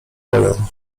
boją